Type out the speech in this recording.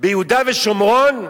ביהודה ושומרון?